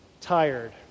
tired